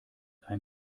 ein